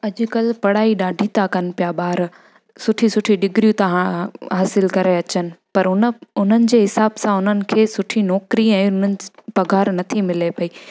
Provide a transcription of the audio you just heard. अॼकल्ह पढ़ाई ॾाढी था कनि पिया ॿार सुठी सुठी डिग्रियूं ता हासिल करे अचनि पर उन हुननि जे हिसाब सां हुननि खे सुठी नौकिरी ऐं मिन्स पघार नथी मिले पई